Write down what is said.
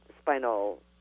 spinal